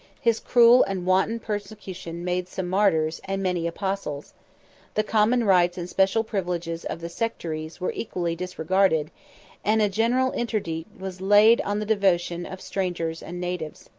his cruel and wanton persecution made some martyrs and many apostles the common rights and special privileges of the sectaries were equally disregarded and a general interdict was laid on the devotion of strangers and natives.